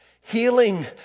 healing